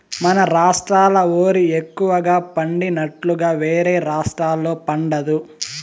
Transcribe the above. మన రాష్ట్రాల ఓరి ఎక్కువగా పండినట్లుగా వేరే రాష్టాల్లో పండదు